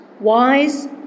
wise